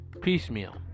piecemeal